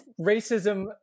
racism